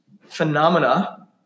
phenomena